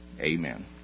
Amen